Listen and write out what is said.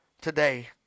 Today